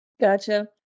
Gotcha